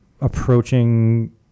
approaching